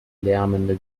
lärmende